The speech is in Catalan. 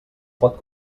pot